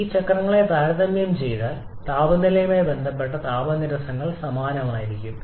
ഈ ചക്രങ്ങളെ താരതമ്യം ചെയ്താൽ താപനിലയുമായി ബന്ധപ്പെട്ട താപ നിരസിക്കൽ സമാനമായിരിക്കും